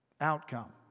outcome